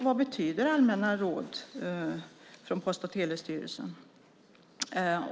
Vad betyder de allmänna råden från Post och telestyrelsen?